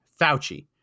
fauci